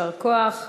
יישר כוח.